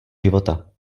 života